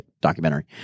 documentary